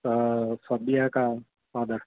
صبیحہ کا فادر